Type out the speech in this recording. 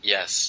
Yes